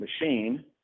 machine